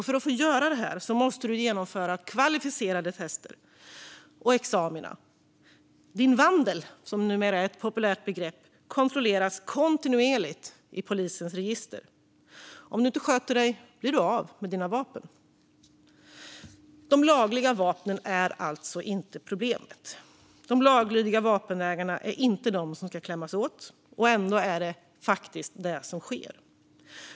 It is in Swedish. För att få göra detta måste man genomföra kvalificerade tester och examina. Ens vandel - ett numera populärt begrepp - kontrolleras kontinuerligt i polisens register. Om man inte sköter sig blir man av med sina vapen. De lagliga vapnen är alltså inte problemet. De laglydiga vapenägarna är inte de som ska klämmas åt. Ändå är det detta som sker.